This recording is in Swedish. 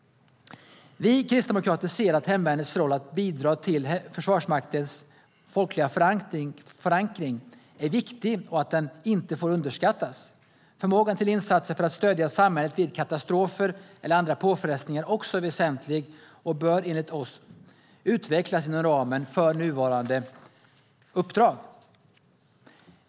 Vi kristdemokrater ser att hemvärnets roll när det gäller att bidra till Försvarsmaktens folkliga förankring är viktig och att den inte får underskattas. Förmågan till insatser för att stödja samhället vid katastrofer eller andra påfrestningar är också väsentlig och bör enligt oss utvecklas inom ramen för nuvarande uppdrag.